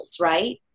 right